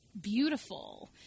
beautiful